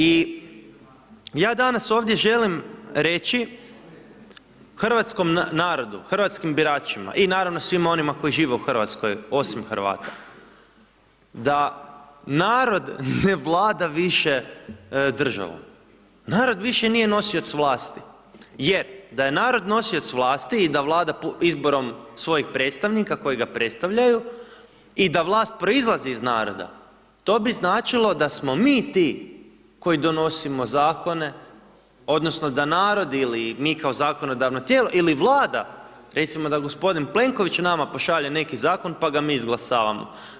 I ja danas ovdje želim reći hrvatskom narodu, hrvatskim biračima i naravno svim onima koji žive u RH, osim Hrvata, da narod ne vlada više državom, narod više nije nosioc vlasti jer da je narod nosioc vlasti i da Vlada izborom svojih predstavnika kojega predstavljaju i da vlast proizlazi iz naroda, to bi značilo da smo mi ti koji donosimo zakone odnosno da narod ili mi kao zakonodavna tijela ili Vlada, recimo da g. Plenković nama pošalje neki zakon, pa ga mi izglasavamo.